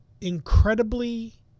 incredibly